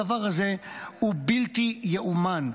הדבר הזה הוא בלתי יאומן.